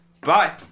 Bye